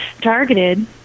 targeted